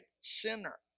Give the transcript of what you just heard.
sinner